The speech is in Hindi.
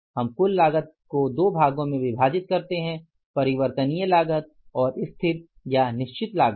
हम कुल लागत को दो भागों में विभाजित करते हैं परिवर्तनीय लागत और स्थिर लागत